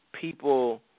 people